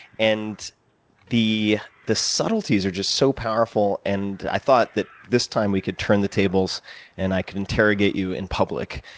and the the subtleties are just so powerful and i thought this time we could turn the tables and i could interrogate you in public.